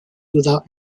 without